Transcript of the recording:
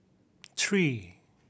three